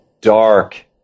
dark